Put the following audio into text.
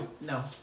No